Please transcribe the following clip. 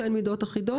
שאין מידות אחידות.